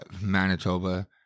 Manitoba